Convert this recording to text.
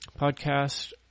Podcast